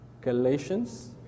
Galatians